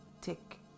tick